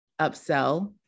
upsell